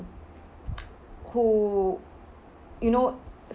who you know